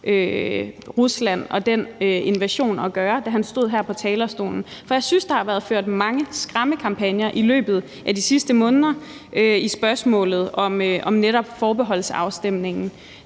Rusland og den invasion at gøre, da han stod her på talerstolen. For jeg synes, der har været ført mange skræmmekampagner i løbet af de sidste måneder i spørgsmålet om netop forbeholdsafstemningen.